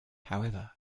however